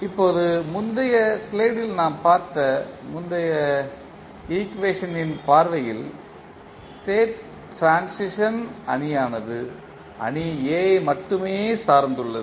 இப்போது முந்தைய ஸ்லைடில் நாம் பார்த்த முந்தைய ஈக்குவேஷன்ட்ன் பார்வையில் ஸ்டேட் ட்ரான்சிஷன் அணியானது அணி A ஐ மட்டுமே சார்ந்துள்ளது